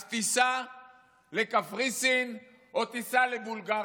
אז תיסע לקפריסין או תיסע לבולגריה.